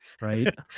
Right